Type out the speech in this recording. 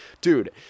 Dude